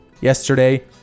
Yesterday